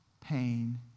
pain